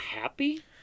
happy